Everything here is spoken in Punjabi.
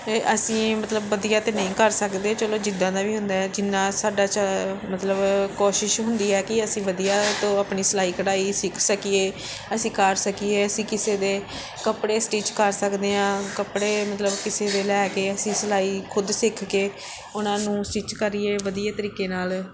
ਅਸੀਂ ਮਤਲਬ ਵਧੀਆ ਤਾਂ ਨਹੀਂ ਕਰ ਸਕਦੇ ਚਲੋ ਜਿੱਦਾਂ ਦਾ ਵੀ ਹੁੰਦਾ ਹੈ ਜਿੰਨਾ ਸਾਡਾ ਮਤਲਬ ਕੋਸ਼ਿਸ਼ ਹੁੰਦੀ ਹੈ ਕਿ ਅਸੀਂ ਵਧੀਆ ਤੋਂ ਆਪਣੀ ਸਿਲਾਈ ਕਢਾਈ ਸਿੱਖ ਸਕੀਏ ਅਸੀਂ ਕਰ ਸਕੀਏ ਅਸੀਂ ਕਿਸੇ ਦੇ ਕੱਪੜੇ ਸਟਿੱਚ ਕਰ ਸਕਦੇ ਹਾਂ ਕੱਪੜੇ ਮਤਲਬ ਕਿਸੇ ਦੇ ਲੈ ਕੇ ਅਸੀਂ ਸਿਲਾਈ ਖੁਦ ਸਿੱਖ ਕੇ ਉਹਨਾਂ ਨੂੰ ਸਟਿੱਚ ਕਰੀਏ ਵਧੀਆ ਤਰੀਕੇ ਨਾਲ